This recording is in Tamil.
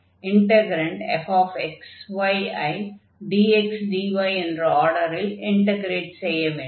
இன்டக்ரன்டு fxy ஐ dxdy என்ற ஆர்டரில் இன்டக்ரேட் செய்ய வேண்டும்